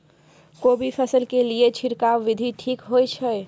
कोबी फसल के लिए छिरकाव विधी ठीक होय छै?